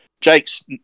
Jake's